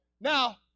Now